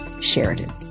Sheridan